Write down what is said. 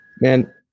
Man